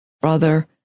brother